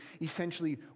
essentially